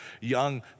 young